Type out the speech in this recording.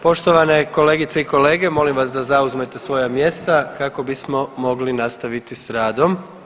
Poštovane kolegice i kolege, molim vas da zauzmete svoja mjesta kako bismo mogli nastaviti s radom.